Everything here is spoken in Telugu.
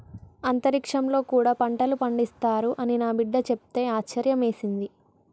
అంతరిక్షంలో కూడా పంటలు పండిస్తారు అని నా బిడ్డ చెప్తే ఆశ్యర్యమేసింది